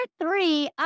three